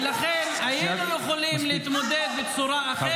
ולכן, היינו יכולים --- הם ידעו הכול.